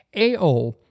AO